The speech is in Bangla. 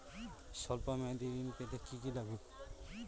সল্প মেয়াদী ঋণ পেতে কি কি লাগবে?